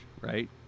right